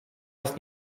jest